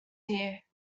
here